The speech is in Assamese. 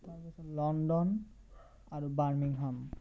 লণ্ডণ আৰু বাৰ্মিংহাম